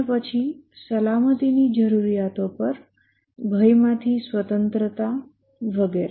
અને પછી સલામતીની જરૂરિયાતો પર ભયમાંથી સ્વતંત્રતા વગેરે